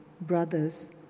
brothers